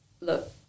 look